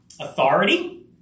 authority